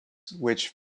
which